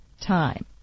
time